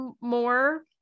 more